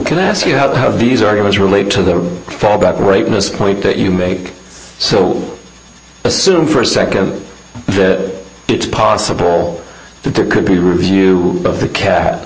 can i ask you how these arguments relate to the fall by brightness point that you make so assume for a nd that it's possible that there could be review of the cat